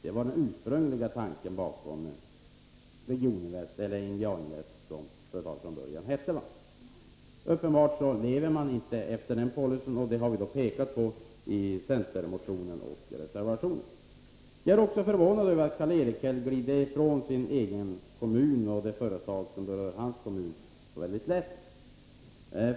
Det var alltså den ursprungliga tanken bakom Regioninvest eller NJA-Invest, som det från början hette. Uppenbarligen lever man inte efter den policyn, vilket vi har påpekat i centerreservationen. Det förvånar mig att Karl-Erik Häll så lätt glider ifrån de företag som berör hans egen kommun.